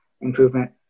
improvement